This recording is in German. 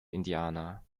indianer